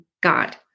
God